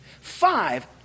Five